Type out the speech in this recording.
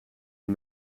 een